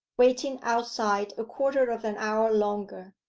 waiting outside a quarter of an hour longer,